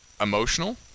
emotional